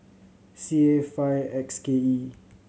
C A five X K E